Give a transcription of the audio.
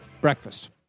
breakfast